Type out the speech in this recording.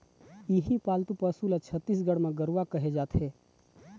इहीं पालतू पशु ल छत्तीसगढ़ म गरूवा केहे जाथे